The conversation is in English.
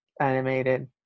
animated